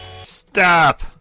Stop